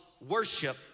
worship